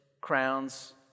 crowns